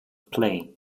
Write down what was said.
play